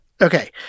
Okay